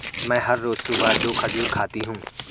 मैं हर रोज सुबह दो खजूर खाती हूँ